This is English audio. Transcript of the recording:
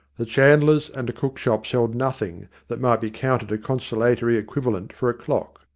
the chandlers' and the cook-shops held nothing that might be counted a consolatory equivalent for a clock.